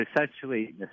essentially